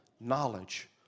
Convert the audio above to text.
knowledge